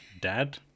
dad